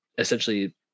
essentially